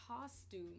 costume